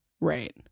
Right